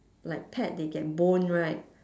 like pet they get bone right